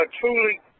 truly